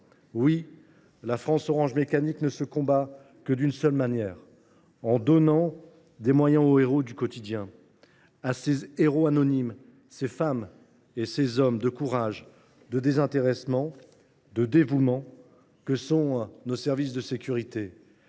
Oui, la France ne se combat que d’une seule manière : en donnant des moyens aux héros du quotidien, à ces héros anonymes, ces femmes et ces hommes de courage, de désintéressement et de dévouement que sont nos services de sécurité,